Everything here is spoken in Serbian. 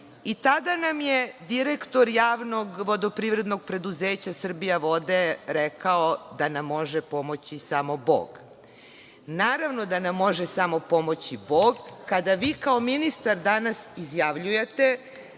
i tada nam je direktor Javnog vodoprivrednog preduzeća „Srbijavode“ rekao da nam može pomoći samo Bog. Naravno da nam može samo pomoći Bog, kada vi kao ministar danas izjavljujete